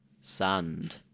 sand